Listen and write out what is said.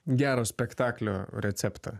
gero spektaklio receptą